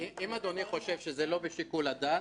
אם אדוני חושב שזה לא בשיקול הדעת,